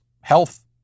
health